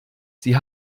sie